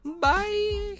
bye